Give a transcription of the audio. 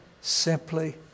simply